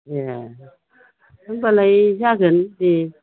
ए होमबालाय जागोन दे